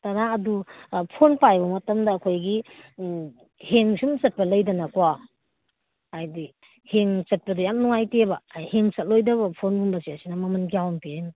ꯇꯔꯥ ꯑꯗꯨ ꯐꯣꯟ ꯄꯥꯏꯕ ꯃꯇꯝꯗ ꯑꯩꯈꯣꯏꯒꯤ ꯍꯦꯡ ꯁꯨꯝ ꯆꯠꯄ ꯂꯩꯗꯅꯀꯣ ꯍꯥꯏꯗꯤ ꯍꯦꯡ ꯆꯠꯄꯗ ꯌꯥꯝ ꯅꯨꯡꯉꯥꯏꯇꯦꯕ ꯍꯦꯡ ꯆꯠꯂꯣꯏꯗꯕ ꯐꯣꯟꯒꯨꯝꯕꯁꯦ ꯑꯁꯤꯅ ꯃꯃꯟ ꯀꯌꯥꯃꯨꯛ ꯄꯤꯔꯤꯅꯣ